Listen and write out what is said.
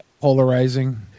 polarizing